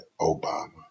Obama